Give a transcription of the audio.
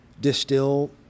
distill